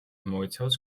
მოიცავს